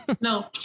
No